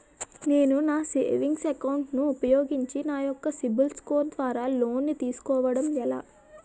నేను నా savings account ను ఉపయోగించి నా యెక్క సిబిల్ స్కోర్ ద్వారా లోన్తీ సుకోవడం ఎలా?